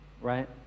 right